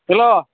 hello